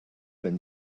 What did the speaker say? been